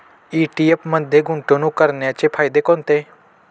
ETF मध्ये गुंतवणूक करण्याचे फायदे कोणते?